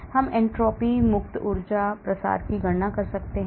हम एन्ट्रापी मुक्त ऊर्जा प्रसार की गणना कर सकते हैं